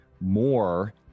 more